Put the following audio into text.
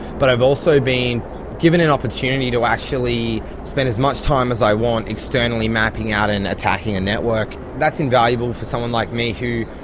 but i've also been given an opportunity to actually spend as much time as i want externally mapping out and attacking a network, and that's invaluable for someone like me who,